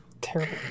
Terrible